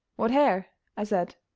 what hare? i said.